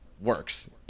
works